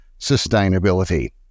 sustainability